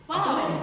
!wow!